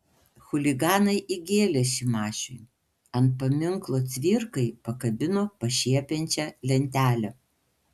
chuliganai įgėlė šimašiui ant paminklo cvirkai pakabino pašiepiančią lentelę